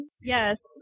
Yes